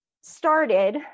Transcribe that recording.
started